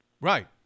Right